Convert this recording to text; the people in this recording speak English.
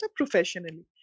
professionally